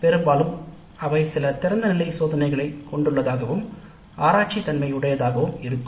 பெரும்பாலும் அவை சில திறந்த முடிவுகளைக் கொண்டுள்ளதாகவும் ஆராய்ச்சி தன்மையுடையதாகவும் இருக்கும்